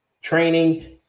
Training